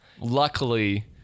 Luckily